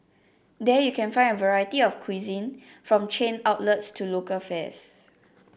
there you can find a variety of cuisine from chain outlets to local fares